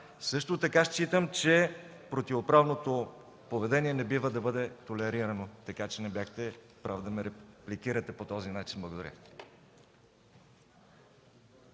Също така считам, че противоправното поведение не бива да бъде толерирано, така че не бяхте прав да ме репликирате по този начин. Благодаря.